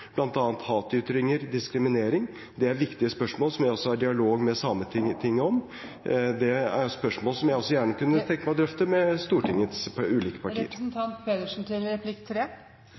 hatytringer og diskriminering. Det er viktige spørsmål som jeg er i dialog med Sametinget om. Det er spørsmål som jeg også gjerne kunne tenke meg å drøfte med Stortingets ulike partier. Når det gjelder Sametingets holdning til